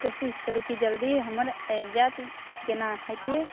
कोशिश करू की जल्दी हमर आबि जाएत केना हेतै